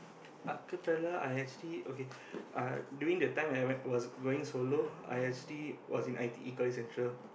acapella I actually okay uh during the time that I went was going solo I actually was in i_t_e college central